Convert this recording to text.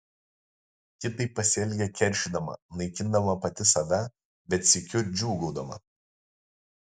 ji taip pasielgė keršydama naikindama pati save bet sykiu džiūgaudama